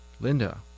Linda